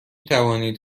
توانید